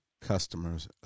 customers